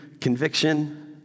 conviction